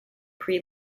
pre